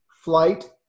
flight